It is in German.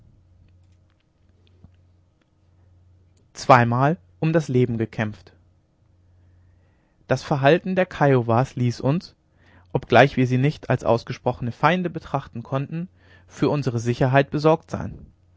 zweimal um das leben gekämpft das verhalten der kiowas ließ uns obgleich wir sie nicht als ausgesprochene feinde betrachten konnten für unsere sicherheit besorgt sein